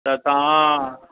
त तव्हां